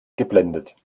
geblendet